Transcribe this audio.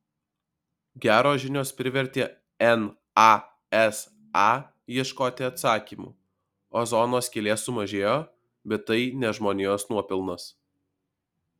geros žinios privertė nasa ieškoti atsakymų ozono skylė sumažėjo bet tai ne žmonijos nuopelnas